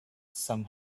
some